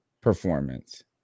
performance